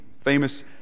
famous